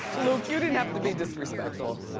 luke, you didn't have to be disrespectful.